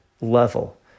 level